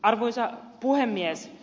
arvoisa puhemies